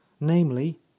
namely